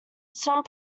some